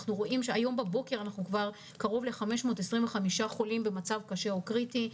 היום בבוקר אנחנו כבר עם קרוב ל-525 חולים במצב קשה או קריטי,